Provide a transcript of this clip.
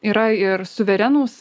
yra ir suverenūs